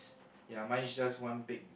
ya mine is just one big